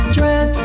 Dread